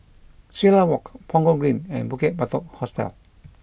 Silat Walk Punggol Green and Bukit Batok Hostel